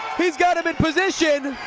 he's got him in position.